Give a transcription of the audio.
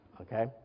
okay